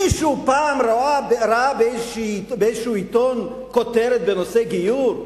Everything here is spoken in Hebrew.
מישהו פעם ראה באיזשהו עיתון כותרת בנושא גיור?